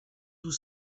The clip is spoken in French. tout